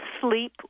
sleep